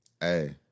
Hey